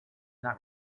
not